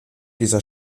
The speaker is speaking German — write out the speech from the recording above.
dieser